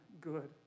good